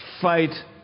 fight